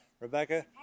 Rebecca